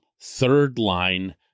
third-line